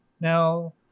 Now